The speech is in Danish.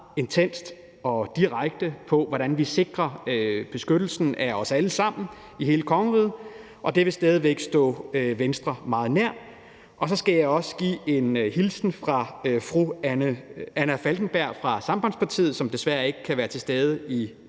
intenst og direkte på, hvordan vi sikrer beskyttelsen af os alle sammen i hele kongeriget, og det vil stadig væk stå Venstre meget nær. Så skal jeg også komme med en hilsen fra fru Anna Falkenberg fra Sambandspartiet, som desværre ikke kan være til stede i